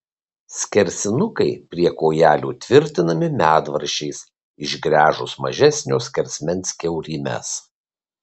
skersinukai prie kojelių tvirtinami medvaržčiais išgręžus mažesnio skersmens kiaurymes